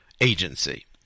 agency